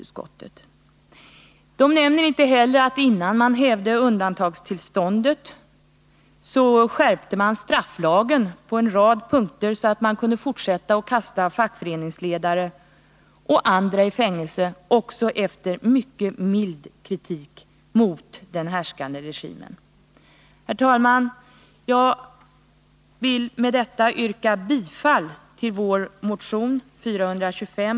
Utskottet nämner inte heller att regimen, innan undantagstillståndet hävdes, skärpte strafflagen på en rad punkter, så att man kunde fortsätta att kasta fackföreningsledare och andra i fängelse också efter mycket mild kritik mot den härskande regimen. Herr talman! Jag vill med detta yrka bifall till vår motion 425.